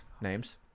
Names